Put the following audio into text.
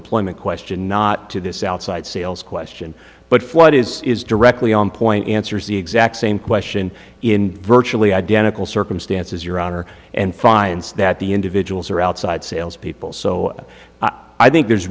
employment question not to this outside sales question but floyd is is directly on point answers the exact same question in virtually identical circumstances your honor and finds that the individuals are outside sales people so i think there's